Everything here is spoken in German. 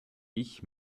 ich